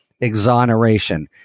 exoneration